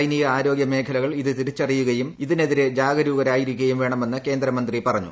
സൈനീക ആരോഗ്യ മേഖലകൾ ഇത് തിരിച്ചറിയുകയും ഇതിനെതിര ജാഗരൂകരായിരിക്കുകയും വേണമെന്ന് കേന്ദ്രമന്ത്രി പറഞ്ഞു